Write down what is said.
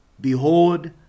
Behold